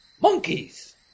Monkeys